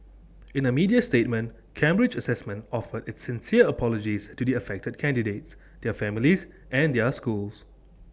in A media statement Cambridge Assessment offered its sincere apologies to the affected candidates their families and their schools